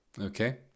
Okay